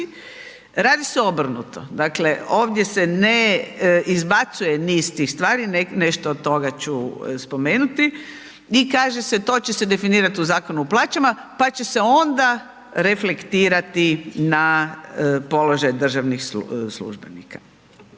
radi se obrnuto. Dakle, ovdje se ne izbacuje niz tih stvari, nešto od toga ću spomenuti i kaže se to će se definirati u Zakonu o plaćama pa će se onda reflektirati na položaj državnih službenika.